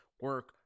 Work